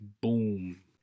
boom